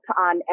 on